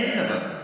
אין דבר כזה.